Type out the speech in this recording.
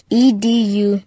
edu